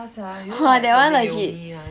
ya sia you know like the only one